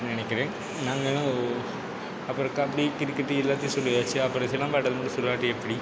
என்று நினைக்கிறேன் நாங்கள்லாம் அப்புறம் கபடி கிரிக்கெட்டு எல்லாத்தையும் சொல்லியாச்சு அப்புறம் சிலம்பாட்டத்தை மட்டும் சொல்லாட்டி எப்படி